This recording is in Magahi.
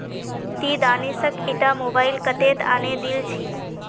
ती दानिशक ईटा मोबाइल कत्तेत आने दिल छि